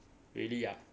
really ah